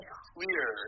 clear